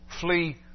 flee